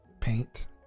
paint